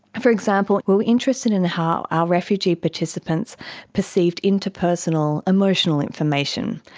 for example, we were interested in how our refugee participants perceived interpersonal emotional information.